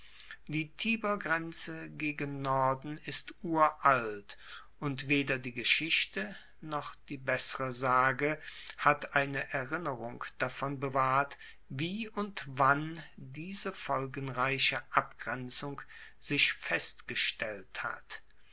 die tibergrenze gegen norden ist uralt und weder die geschichte noch die bessere sage hat eine erinnerung davon bewahrt wie und wann diese folgenreiche abgrenzung sich festgestellt hat